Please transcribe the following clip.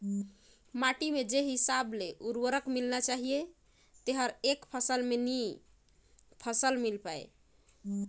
माटी में जेन हिसाब ले उरवरक मिलना चाहीए तेहर एक फसल ले नई फसल मिल पाय